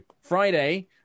Friday